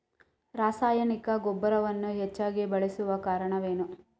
ರಾಸಾಯನಿಕ ಗೊಬ್ಬರಗಳನ್ನು ಹೆಚ್ಚಾಗಿ ಬಳಸಲು ಕಾರಣವೇನು?